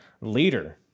leader